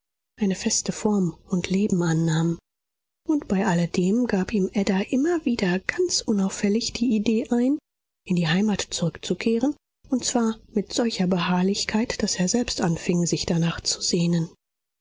eine feste form und leben annahmen und bei alledem gab ihm ada immer wieder ganz unauffällig die idee ein in die heimat zurückzukehren und zwar mit solcher beharrlichkeit daß er selbst anfing sich danach zu sehnen